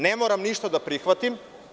Ne moram ništa da prihvatim.